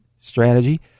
strategy